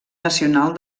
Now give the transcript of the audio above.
nacional